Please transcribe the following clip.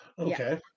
Okay